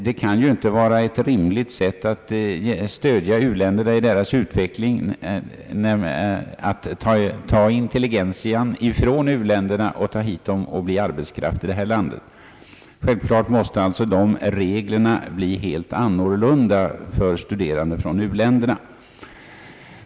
Det kan inte vara att stödja u-länderna i deras utveckling att på detta sätt ta intelligentian från u-länderna för att bli arbetskraft här i landet. De reglerna måste naturligtvis bli helt annorlunda för studerande från u-länderna.